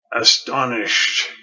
astonished